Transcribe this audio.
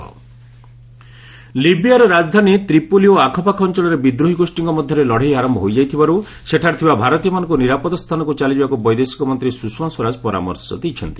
Sushma Tripoli ଲିବିୟାର ରାଜଧାନୀ Tripoli ଓ ଆଖପାଖ ଅଞ୍ଚଳରେ ବିଦ୍ରୋହୀ ଗୋଷ୍ଠୀଙ୍କ ମଧ୍ୟରେ ଲଢ଼େଇ ଆରମ୍ଭ ହୋଇଯାଇଥିବାରୁ ସେଠାରେ ଥିବା ଭାରତୀୟମାନଙ୍କୁ ନିରାପଦ ସ୍ଥାନକୁ ଚାଲିଯିବାକୁ ବୈଦେଶିକମନ୍ତ୍ରୀ ସୁଷମା ସ୍ୱରାଜ ପରାମର୍ଶ ଦେଇଛନ୍ତି